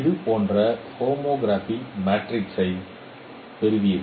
இது போன்ற ஒரு ஹோமோகிராபி மேட்ரிக்ஸைப் பெறுவீர்கள்